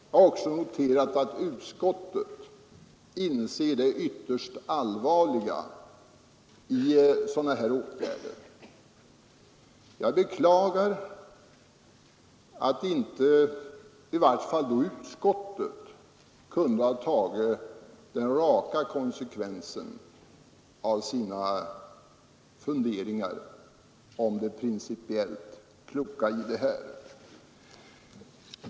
Jag har också noterat att utskottet inser det allvarliga i sådana här åtgärder. Jag beklagar att i varje fall utskottet inte kunnat ta den raka konsekvensen av sina funderingar om det principiellt kloka i förslaget.